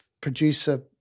producer